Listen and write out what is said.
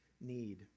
need